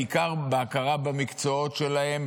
בעיקר בהכרה במקצועות שלהם,